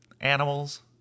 animals